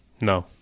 No